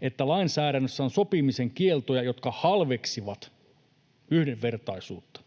että lainsäädännössä on sopimisen kieltoja, jotka halveksivat yhdenvertaisuutta.